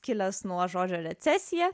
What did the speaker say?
kilęs nuo žodžio recesija